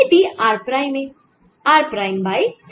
এটি r প্রাইমে r prime by 6